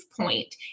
point